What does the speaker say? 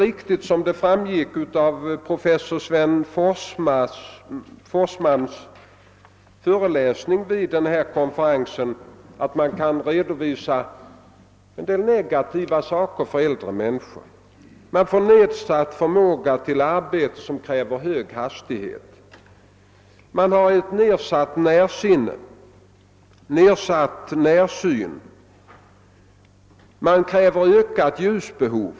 I professor Sven Forssmans föreläsning på den konferens jag nyss omnämnde redovisades en del negativa faktorer när det gäller äldre människor. De äldre får nedsatt förmåga till arbete som kräver hög hastighet, de får nedsatt syn och ökat ljusbehov.